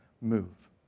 move